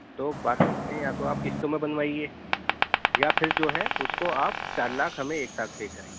تو باقی یا تو آپ قسطوں میں بنوائیے یا پھر جو ہے اس کو آپ چار لاکھ ہمیں ایک ساتھ پے کریے